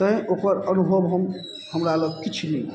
तैँ ओकर अनुभव हम हमरा लग किछु नहि अइ